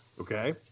Okay